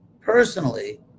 personally